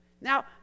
Now